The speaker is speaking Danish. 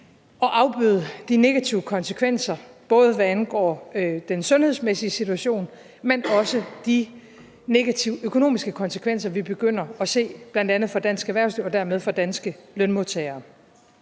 at afbøde de negative konsekvenser, både hvad angår den sundhedsmæssige situation, men også hvad angår de negative økonomiske konsekvenser, vi begynder at se for bl.a. dansk erhvervsliv og dermed for danske lønmodtagere.